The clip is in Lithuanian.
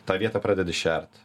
tą vietą pradedi šert